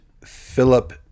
Philip